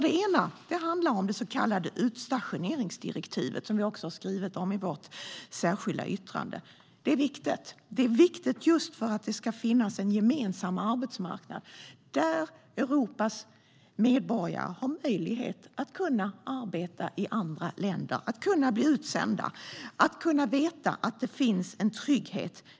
En fråga handlar om det så kallade utstationeringsdirektivet, som vi i Alliansen tar upp i vårt särskilda yttrande. Det är viktigt just för att det ska finnas en gemensam arbetsmarknad för Europas medborgare så att de kan arbeta i andra länder, sändas ut och veta att det finns trygghet.